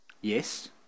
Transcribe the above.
Yes